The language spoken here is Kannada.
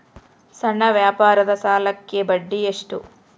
ಸಣ್ಣ ವ್ಯಾಪಾರದ ಸಾಲಕ್ಕೆ ಬಡ್ಡಿ ಎಷ್ಟು?